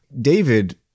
David